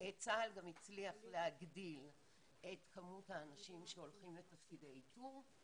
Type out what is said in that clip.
צה"ל גם הצליח להגדיל את כמות האנשים שהולכים לתפקידי איתור,